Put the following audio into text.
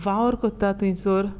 वावर कोरता थोंयसोर